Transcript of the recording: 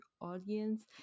audience